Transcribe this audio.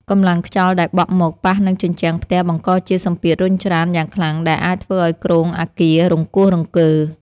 កម្លាំងខ្យល់ដែលបក់មកប៉ះនឹងជញ្ជាំងផ្ទះបង្កជាសម្ពាធរុញច្រានយ៉ាងខ្លាំងដែលអាចធ្វើឱ្យគ្រោងអគាររង្គោះរង្គើ។